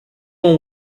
one